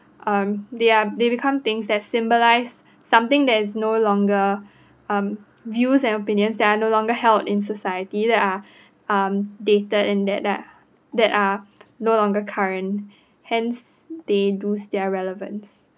um they are they become things that symbolise something that is no longer um views and opinions that are no longer held in society that are um dated and that are that are no longer current hence they lose their relevance